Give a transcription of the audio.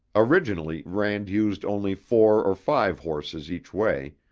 originally, rand used only four or five horses each way,